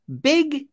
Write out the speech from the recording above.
big